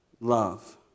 Love